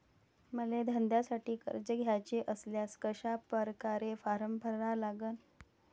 मले धंद्यासाठी कर्ज घ्याचे असल्यास कशा परकारे फारम भरा लागन?